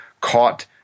caught